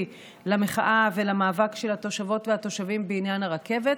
למחאה ולמאבק של התושבות והתושבים בעניין הרכבת.